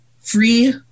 free